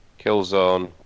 Killzone